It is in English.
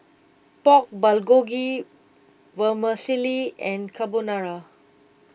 Pork Bulgogi Vermicelli and Carbonara